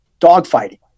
dogfighting